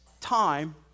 time